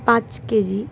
পাঁচ কেজি